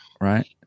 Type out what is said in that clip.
Right